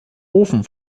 ofen